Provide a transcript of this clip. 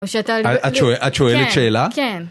או שאתה... את, את שו.. את שואלת שאלה? כן, כן.